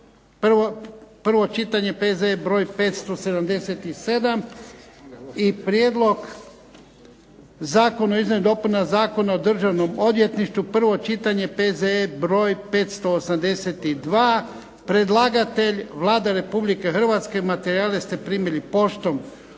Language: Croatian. prvo čitanje, P.Z.E. br. 577 - Prijedlog zakona o izmjenama i dopunama Zakona o državnom odvjetništvu, prvo čitanje, P.Z.E. br. 582 Predlagatelj Vlada Republike Hrvatske, materijale ste primili poštom.